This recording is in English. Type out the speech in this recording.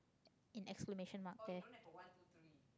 in exclamation mark there